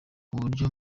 uburyo